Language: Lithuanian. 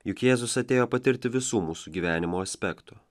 juk jėzus atėjo patirti visų mūsų gyvenimo aspektų